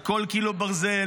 על כל קילו ברזל,